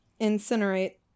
Incinerate